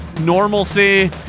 normalcy